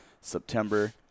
September